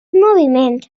moviment